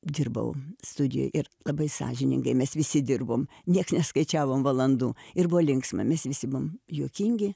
dirbau studijoj ir labai sąžiningai mes visi dirbom nieks neskaičiavom valandų ir buvo linksma mes visi buvom juokingi